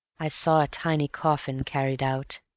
i saw a tiny coffin carried out.